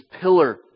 pillar